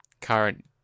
current